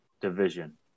division